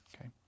Okay